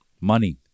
Money